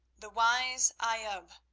the wise ayoub,